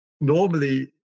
Normally